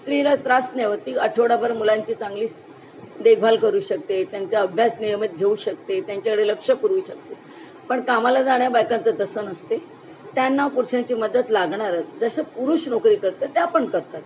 स्त्रीला त्रास नाही होत ती आठवडाभर मुलांची चांगली देखभाल करू शकते त्यांचा अभ्यास नियमित घेऊ शकते त्यांच्याकडे लक्ष पुरवू शकते पण कामाला जाण्या बायकांचं तसं नसते त्यांना पुरुषांची मदत लागणारच जसं पुरुष नोकरी करतात त्या पण करतात